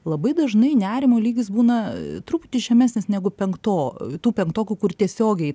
labai dažnai nerimo lygis būna truputį žemesnis negu penkto tų penktokų kur tiesiogiai